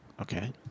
Okay